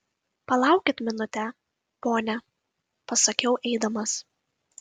palaukit minutę pone pasakiau eidamas